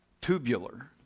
tubular